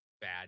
bad